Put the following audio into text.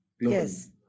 Yes